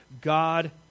God